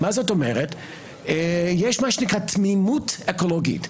יש מה שנקרא: "תמימות אקולוגית".